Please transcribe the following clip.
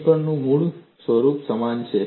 સમીકરણનું મૂળ સ્વરૂપ સમાન છે